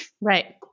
Right